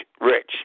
Rich